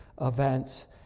events